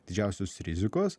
didžiausios rizikos